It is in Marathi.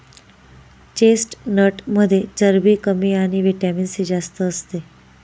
चेस्टनटमध्ये चरबी कमी आणि व्हिटॅमिन सी जास्त असते